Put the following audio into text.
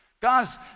Guys